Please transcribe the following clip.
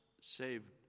saved